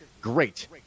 great